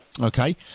Okay